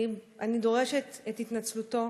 שאני דורשת את התנצלותו.